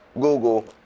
google